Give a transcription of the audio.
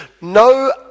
No